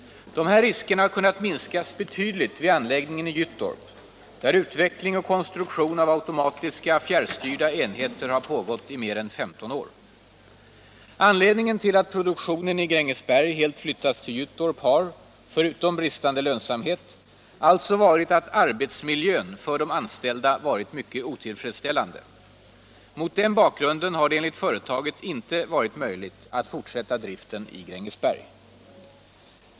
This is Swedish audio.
Dessa risker har kunnat minskas betydligt vid an fjärrstyrda enheter har pågått i mer än 15 år. Anledningen till att pro lönsamhet, således varit att arbetsmiljön för de anställda varit mycket otillfredsställande. Mot den bakgrunden har det enligt företaget inte varit möjligt att fortsätta driften i Grängesberg.